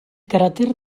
cràter